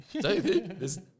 David